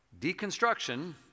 deconstruction